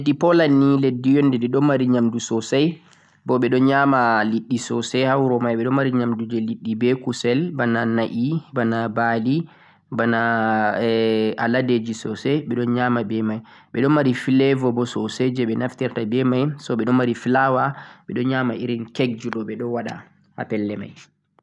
am leddi polland ni leddi un de ɗo mari nyamdu sosai bo ɓe ɗon nyama nyamdu sosai ha wuro mai, ɓe ɗon mari nyamdu je liɗɗi be kusel bana na'i, bana ba'li banaeh aladeji sosai ɓe ɗon nyama be mai, ɓe ɗon mari flavour bo sosai je ɓe naftirta be mai, so ɓe ɗon mari flour, ɓe ɗon nyama irin cake ji ɗo ɓe ɗon waɗa ha pelle mai.